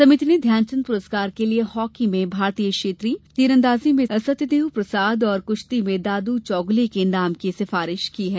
समिति ने ध्यानचंद पुरस्कार के लिए हॉकी में भारतीय छेत्री तीरंदाजी में सत्यर्देव प्रसाद और कुश्ती में दादू चौगुले के नाम की भी सिफारिश की है